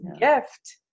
gift